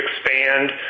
expand